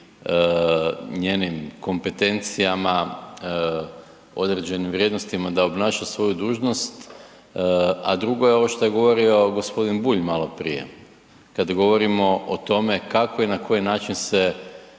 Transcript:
njenim kompetencijama, određenim vrijednostima da obnaša svoju dužnost, a drugo je ovo što je govorio gospodin Bulj maloprije. Kada govorimo o tome kako i na koji način se